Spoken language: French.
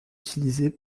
utilisés